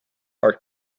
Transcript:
art